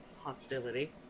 hostility